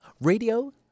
radio